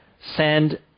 send